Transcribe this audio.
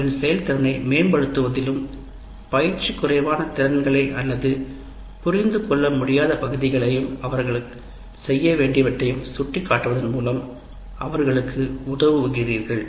அவர்களின் செயல் திறனை மேம்படுத்துவதிலும் பயிற்சி குறைவான திறன்களை அல்லது புரிந்துகொள்ள முடியாத பகுதிகளையும் சுட்டிக் காட்டுவதன் மூலம் அவர்களுக்கு உதவுகிறீர்கள்